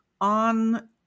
on